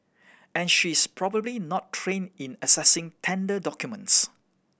and she is probably not trained in assessing tender documents